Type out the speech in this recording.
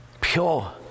pure